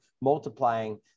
multiplying